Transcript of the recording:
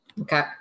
Okay